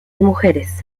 mujeres